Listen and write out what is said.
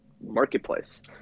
marketplace